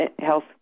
health